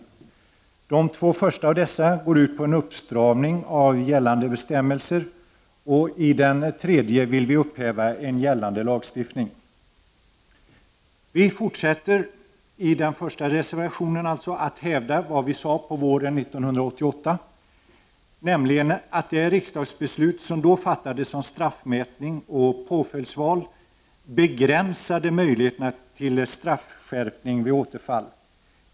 I de två första av dessa reservationer föreslås en uppstramning av gällande bestämmelser. I den tredje av reservationerna föreslår vi ett upphävande av gällande lagstiftning. I reservation 1 fortsätter vi att hävda vad vi sade våren 1988, nämligen att det riksdagsbeslut om straffmätning och påföljdsval som då fattades begränsade möjligheterna till straffskärpning vid återfall.